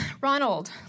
Ronald